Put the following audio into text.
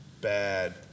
bad